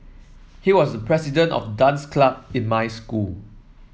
he was the president of dance club in my school